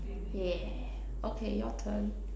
yeah okay your turn